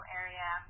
area